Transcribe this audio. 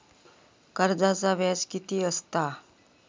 कर्जाचा व्याज कीती असता?